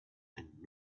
and